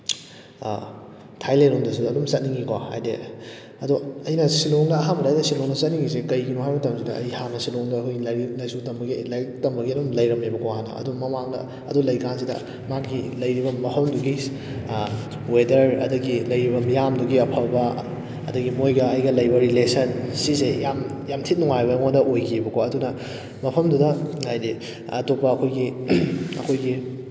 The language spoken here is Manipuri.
ꯊꯥꯏꯂꯦꯟꯂꯦꯟꯂꯣꯝꯗꯁꯨ ꯑꯗꯨꯝ ꯆꯠꯅꯤꯡꯉꯤꯀꯣ ꯍꯥꯏꯕꯗꯤ ꯑꯗꯣ ꯑꯩꯅ ꯁꯤꯂꯣꯡꯗ ꯑꯍꯥꯟꯕꯗ ꯑꯩꯅ ꯁꯤꯂꯣꯡꯗ ꯆꯠꯅꯤꯡꯉꯤꯁꯦ ꯀꯩꯒꯤꯅꯣ ꯍꯥꯏꯕ ꯃꯇꯝꯁꯤꯗ ꯑꯩ ꯍꯥꯟꯅ ꯁꯤꯂꯣꯡꯗ ꯑꯩꯈꯣꯏ ꯂꯥꯏꯔꯤꯛ ꯂꯥꯏꯁꯨ ꯇꯝꯕꯒꯤ ꯂꯥꯏꯔꯤꯛ ꯇꯝꯕꯒꯤ ꯑꯗꯨꯝ ꯂꯩꯔꯝꯃꯦꯕꯀꯣ ꯍꯥꯟꯅ ꯑꯗꯨꯝ ꯃꯃꯥꯡꯗ ꯑꯗꯨ ꯂꯩꯕꯀꯥꯟꯁꯤꯗ ꯃꯥꯒꯤ ꯂꯩꯔꯤꯕ ꯃꯐꯝꯗꯨꯒꯤ ꯋꯦꯗꯔ ꯑꯗꯒꯤ ꯂꯩꯔꯤꯕ ꯃꯤꯌꯥꯝꯗꯨꯒꯤ ꯑꯐꯕ ꯑꯗꯨꯗꯒꯤ ꯃꯣꯏꯒ ꯑꯩꯒ ꯂꯩꯕ ꯔꯤꯂꯦꯁꯟ ꯁꯤꯁꯦ ꯌꯥꯝ ꯌꯥꯝ ꯊꯤꯅ ꯅꯨꯡꯉꯥꯏꯕ ꯑꯩꯉꯣꯟꯗ ꯑꯣꯏꯈꯤꯕꯀꯣ ꯑꯗꯨꯅ ꯃꯐꯝꯗꯨꯗ ꯍꯥꯏꯕꯗꯤ ꯑꯇꯣꯞꯄ ꯑꯩꯈꯣꯏꯒꯤ ꯑꯩꯈꯣꯏꯒꯤ